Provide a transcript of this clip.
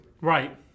Right